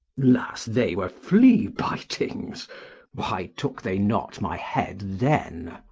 las, they were flea-bitings why took they not my head then?